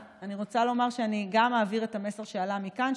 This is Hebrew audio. אני רוצה לומר שאני גם אעביר את המסר שעלה מכאן,